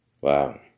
Wow